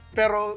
pero